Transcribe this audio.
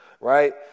Right